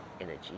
energy